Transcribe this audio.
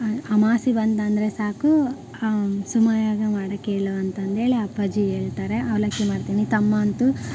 ಅಮಾವಾಸ್ಯೆ ಬಂತಂದರೆ ಸಾಕು ಸುಮಯಾಗೆ ಮಾಡೋಕ್ ಹೇಳು ಅಂತಂದೇಳಿ ಅಪ್ಪಾಜಿ ಹೇಳ್ತಾರೆ ಅವಲಕ್ಕಿ ಮಾಡ್ತೀನಿ ತಮ್ಮ ಅಂತೂ